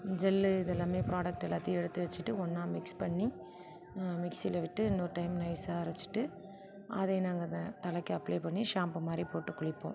gel இது எல்லாமே product எல்லாத்தையும் எடுத்து வச்சுட்டு ஒன்றா மிக்ஸ் பண்ணி மிக்ஸியில் விட்டு இன்னொரு டைம் நைஸாக அரைச்சுட்டு அதை நாங்கள் தலைக்கு அப்ளை பண்ணி ஷாம்பு மாதிரி போட்டுக்குளிப்போம்